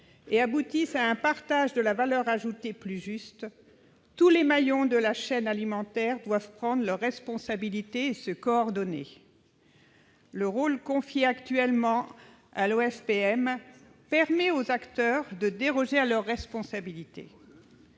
et aboutisse à un partage de la valeur ajoutée plus juste, tous les maillons de la chaîne alimentaire doivent prendre leur responsabilité et se coordonner. Le rôle confié actuellement à l'Observatoire de la formation